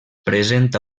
presenta